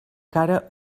cara